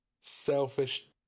selfish